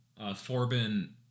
Forbin